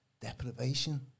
deprivation